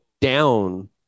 down